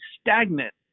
stagnant